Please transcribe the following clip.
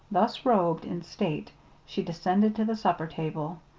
thus robed in state she descended to the supper-table,